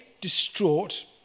distraught